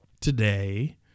today